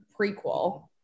prequel